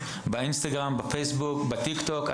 ב- Instagram ב- Tik-Tok וב-Facebook.